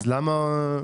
אז למה?